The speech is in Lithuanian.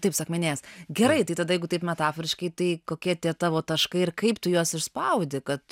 taip suakmenėjęs gerai tai tada jeigu taip metaforiškai tai kokie tie tavo taškai ir kaip tu juos išspaudi kad